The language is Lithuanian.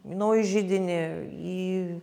į naują židinį į